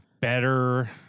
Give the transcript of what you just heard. better